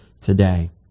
today